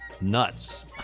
nuts